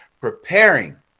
preparing